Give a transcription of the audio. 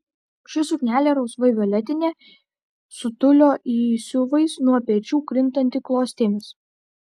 ši suknelė rausvai violetinė su tiulio įsiuvais nuo pečių krintanti klostėmis